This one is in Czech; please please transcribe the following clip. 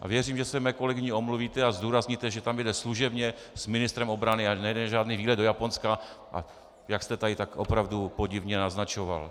A věřím, že se mé kolegyni omluvíte a zdůrazníte, že tam jede služebně s ministrem obrany a nejede na žádný výlet do Japonska, jak jste tady tak opravdu podivně naznačoval.